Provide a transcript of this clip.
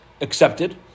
accepted